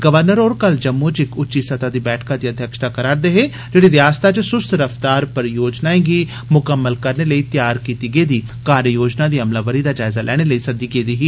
governor होर कल जम्मू च इक उच्ची सतह दी बैठका दी अध्यक्षता करा'रदे हे जेहड़ी रिआसतै च सुस्त रफ्तार परियोजनाएं गी मुकम्मल करने लेई तैआर कीती गेदी कार्जयोजना दी अमलावरी दा जायजा लैने लेई सद्दी गेदी ही